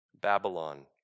Babylon